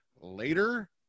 later